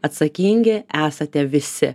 atsakingi esate visi